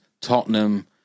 Tottenham